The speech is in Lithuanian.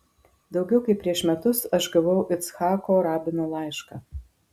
daugiau kaip prieš metus aš gavau icchako rabino laišką